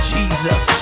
Jesus